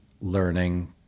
learning